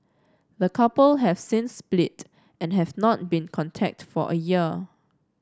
the couple have since split and have not been contact for a year